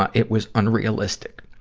ah it was unrealistic.